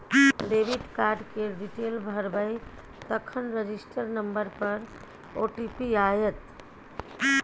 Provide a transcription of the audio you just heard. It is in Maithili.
डेबिट कार्ड केर डिटेल भरबै तखन रजिस्टर नंबर पर ओ.टी.पी आएत